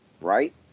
right